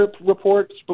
reports